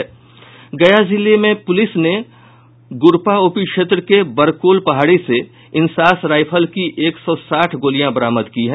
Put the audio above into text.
गया जिले में पुलिस ने गुरपा ओपी क्षेत्र के बरकोल पहाड़ी से इंसास राइफल की एक सौ साठ गोलिया बरामद की है